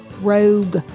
rogue